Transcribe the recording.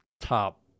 top